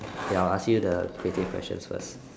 okay I'll ask you the creative questions first